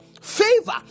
favor